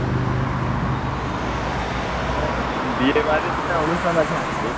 বিয়েবাড়ির একটা অনুষ্ঠান আছে আর কি